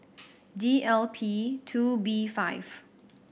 D L P two B five